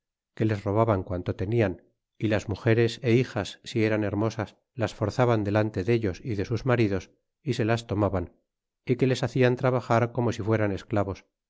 que les robaban cuanto tenian é las mugeres é hijas si eran hermosas las forzaban delante dellos y de sus maridos y se las tomaban é que les hacian trabajar como si fueran esclavos